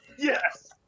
Yes